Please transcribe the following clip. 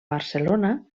barcelona